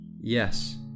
Yes